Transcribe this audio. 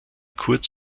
kurz